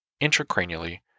intracranially